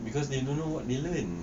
because they don't know what they learn